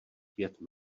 pět